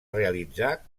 realitzar